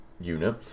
unit